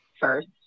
first